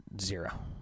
zero